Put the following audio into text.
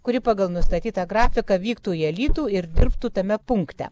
kuri pagal nustatytą grafiką vyktų į alytų ir dirbtų tame punkte